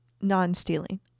non-stealing